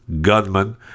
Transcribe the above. gunman